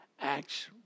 Acts